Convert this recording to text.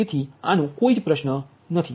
તેથી આનો કોઈ પ્રશ્ન નથી